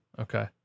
okay